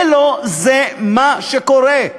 ולא זה מה שקורה.